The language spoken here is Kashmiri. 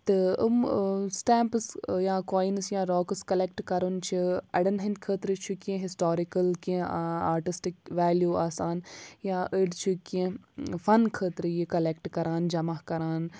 تہٕ یِم سٹیمپٕس یا کویِنٕز یا راکٕس کَلٮ۪کٹ کَرُن چھِ اَڑٮ۪ن ہٕنٛدۍ خٲطرٕ چھُ کینٛہہ ہِسٹارِکٕل کینٛہہ آٹِسٹِک ویلیوٗ آسان یا أڑۍ چھِ کینٛہہ فَن خٲطرٕ یہِ کَلٮ۪کٹ کَران جَمع کَران